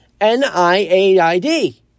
NIAID